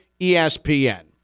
ESPN